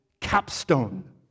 capstone